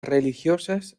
religiosas